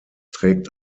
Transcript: trägt